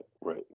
right